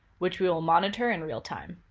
which we will monitor in real time.